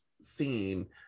scene